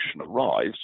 arrives